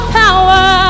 power